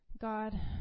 God